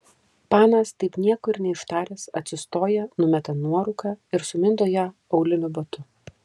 panas taip nieko ir neištaręs atsistoja numeta nuorūką ir sumindo ją auliniu batu